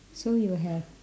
so you have